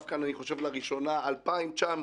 כאן אני חושב שלראשונה 2,900,